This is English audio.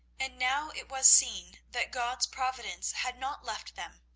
and now it was seen that god's providence had not left them.